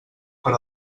per